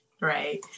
Right